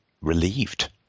relieved